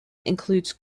includes